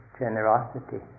generosity